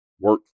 work